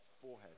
forehead